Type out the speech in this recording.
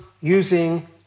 using